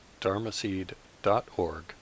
dharmaseed.org